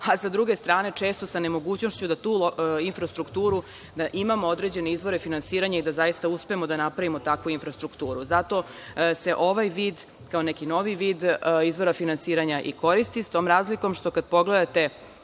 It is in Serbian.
a sa druge strane, često sa nemogućnošću da za tu infrastrukturu imamo određene izvore finansiranja i da zaista uspemo da napravimo takvu infrastrukturu. Zato se ovaj vid, kao neki novi vid, izvora finansiranja i koristi sa tom razlikom, što kada pogledate